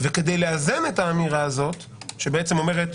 וכדי לאזן את האמירה הזאת שבעצם אומרת